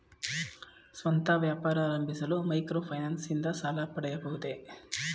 ಸ್ವಂತ ವ್ಯಾಪಾರ ಆರಂಭಿಸಲು ಮೈಕ್ರೋ ಫೈನಾನ್ಸ್ ಇಂದ ಸಾಲ ಪಡೆಯಬಹುದೇ?